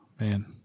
Man